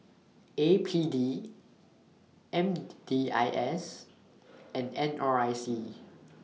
A P D M D I S and N R I C